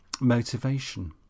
motivation